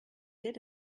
did